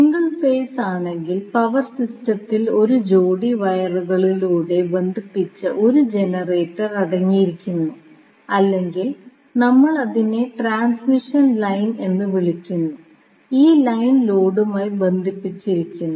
single phase ആണെങ്കിൽ power സിസ്റ്റത്തിൽ ഒരു ജോഡി വയറുകളിലൂടെ ബന്ധിപ്പിച്ച 1 ജനറേറ്റർ അടങ്ങിയിരിക്കുന്നു അല്ലെങ്കിൽ നമ്മൾ അതിനെ ട്രാൻസ്മിഷൻ ലൈൻ എന്ന് വിളിക്കുന്നു ഈ ലൈൻ ലോഡുമായി ബന്ധിപ്പിച്ചിരിക്കുന്നു